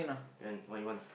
then what you want